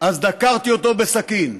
אז דקרתי אותו בסכין.